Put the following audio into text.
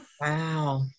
wow